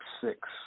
six